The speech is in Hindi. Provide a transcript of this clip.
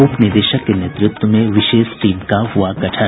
उपनिदेशक के नेतृत्व में विशेष टीम का हुआ गठन